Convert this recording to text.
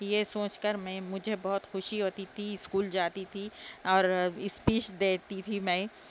یہ سوچ کر میں مجھے بہت خوشی ہوتی تھی اسکول جاتی تھی اور اسپیچ دیتی تھی میں